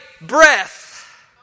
breath